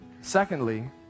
secondly